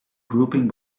grouping